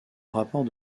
rapport